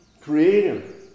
creative